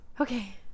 Okay